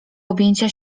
objęcia